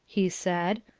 he said,